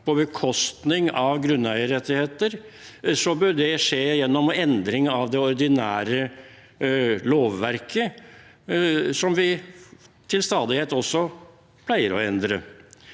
bekostning av grunneierrettigheter, bør det skje gjennom endring av det ordinære lovverket, som vi til stadighet også pleier å endre.